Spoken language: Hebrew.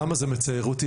למה זה מצער אותי?